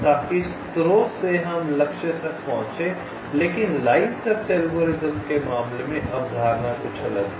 ताकि स्रोत से हम लक्ष्य तक पहुंचें लेकिन लाइन सर्च एल्गोरिथ्म के मामले में अवधारणा कुछ अलग है